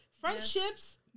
friendships